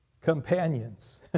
companions